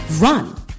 run